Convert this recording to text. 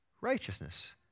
righteousness